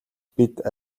бид